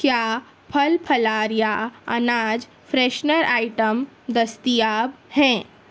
کیا پھل پھلیری اناج فریشنر آئٹم دستیاب ہیں